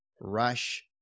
Rush